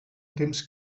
temps